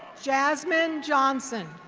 jasmine johnson.